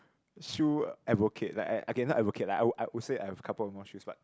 shoe advocate like okay not advocate like I I would say I've couple of more shoes but